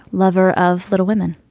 lover of little women.